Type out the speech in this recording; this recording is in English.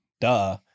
duh